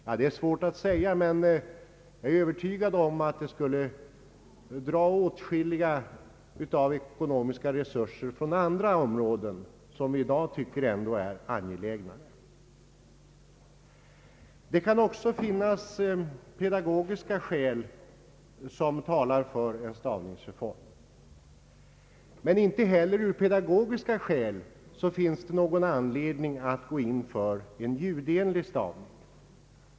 Ja, det är svårt att säga, men jag är övertygad om att ett beslut i den riktningen skulle dra ekonomiska resurer från många andra områden som vi i dag anser vara angelägna. Det kan också finnas pedagogiska skäl som talar för en stavningsreform, men inte heller av pedagogiska skäl finns det någon anledning att gå in för en ljudenlig stavning.